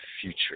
future